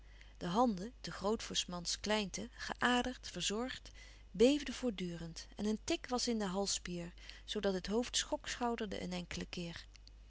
de handen te groot voor s mans kleinte geaderd verzorgd beefden voortdurend en een tic was in den halsspier zoo dat het hoofd schokschouderde een enkelen keer